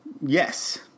Yes